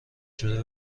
شده